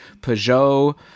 Peugeot